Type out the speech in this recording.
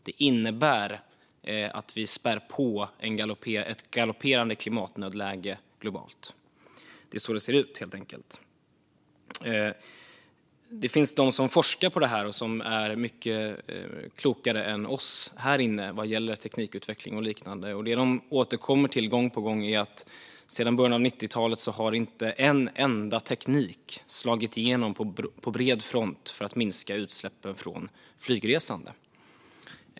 Det innebär att vi spär på ett galopperande klimatnödläge globalt. Det är helt enkelt så det ser ut. Det finns de som forskar på detta och som är mycket klokare än vad vi här inne är när det gäller teknikutveckling och liknande. De återkommer gång på gång till att det sedan början av 90-talet inte finns en enda teknik för att minska utsläppen från flygresandet som har slagit igenom på bred front.